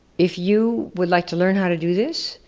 if you would like to learn how to do this,